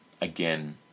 again